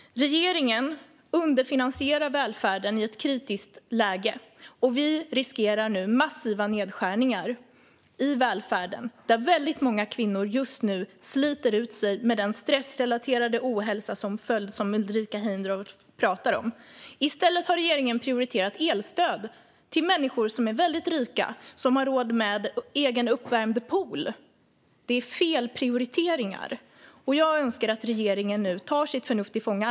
Regeringen underfinansierar välfärden i ett kritiskt läge, och vi riskerar nu massiva nedskärningar i välfärden, där väldigt många kvinnor just nu sliter ut sig med den stressrelaterade ohälsa som Ulrika Heindorff pratar om som följd. I stället har regeringen prioriterat elstöd till människor som är väldigt rika, som har råd med egen uppvärmd pool. Det är fel prioriteringar. Jag önskar att regeringen nu tar sitt förnuft till fånga.